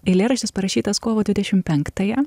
eilėraštis parašytas kovo dvidešimt penktąją